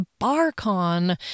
BarCon